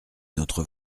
notre